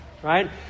Right